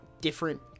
different